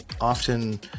often